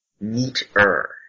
neater